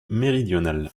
méridionale